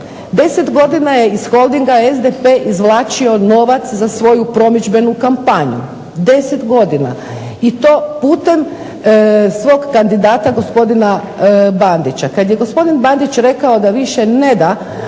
10 godina je iz Holdinga SDP izvlačio novac za svoju promidžbenu kampanju 10 godina i to putem svog kandidata gospodina Bandića. Kada je gospodin Bandić rekao da više ne da,